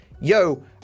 yo